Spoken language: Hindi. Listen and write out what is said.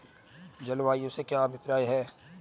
जलवायु से क्या अभिप्राय है?